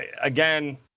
again